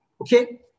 Okay